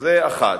שנית,